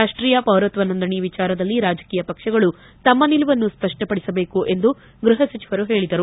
ರಾಷ್ಷೀಯ ಪೌರತ್ವ ನೋಂದಣಿ ವಿಚಾರದಲ್ಲಿ ರಾಜಕೀಯ ಪಕ್ಷಗಳು ತಮ್ಮ ನಿಲುವನ್ನು ಸ್ಪಷ್ಪಪಡಿಸಬೇಕು ಎಂದು ಗ್ಬಹ ಸಚಿವರು ಹೇಳಿದರು